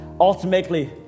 ultimately